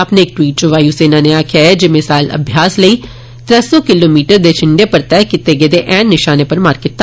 अपने इक ट्वीट च वायु सेना नै आक्खेया जे मिसाइलें अभ्यास लेई रै सौ किलोमीटर दे छिंडे पर तैह कीते गेदे ऐन नशानें पर मार कीती